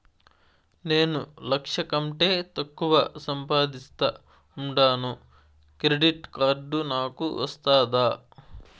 నేను లక్ష కంటే తక్కువ సంపాదిస్తా ఉండాను క్రెడిట్ కార్డు నాకు వస్తాదా